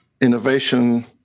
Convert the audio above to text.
innovation